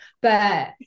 But-